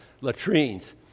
latrines